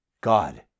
God